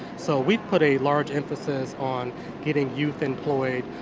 so we put a large emphasis on getting youth employed,